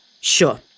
Sure